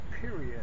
period